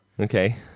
okay